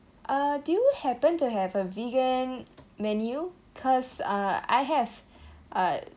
uh do you happen to have a vegan menu cause uh I have uh